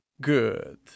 Good